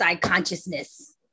consciousness